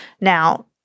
Now